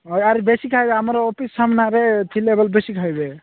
ହେଉ ଆହୁରି ବେଶି ଖାଇବେ ଆମର ଅଫିସ୍ ସାମ୍ନାରେ ଥିବେ ଲୋକ ବେଶି ଖାଇବେ